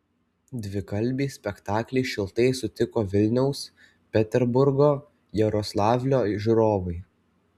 dvikalbį spektaklį šiltai sutiko vilniaus peterburgo jaroslavlio žiūrovai